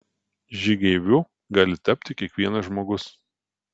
žygeiviu gali tapti kiekvienas žmogus